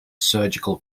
surgical